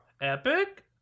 Epic